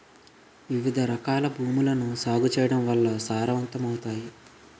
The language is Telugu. వివిధరకాల భూములను సాగు చేయడం వల్ల సారవంతమవుతాయి